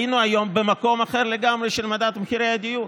היינו היום במקום אחר לגמרי של מדד מחירי הדיור,